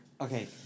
Okay